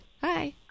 Hi